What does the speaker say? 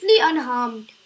unharmed